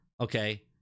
okay